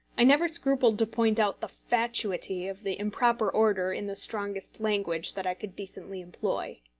i never scrupled to point out the fatuity of the improper order in the strongest language that i could decently employ.